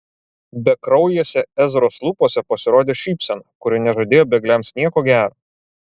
bekraujėse ezros lūpose pasirodė šypsena kuri nežadėjo bėgliams nieko gero